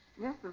Yes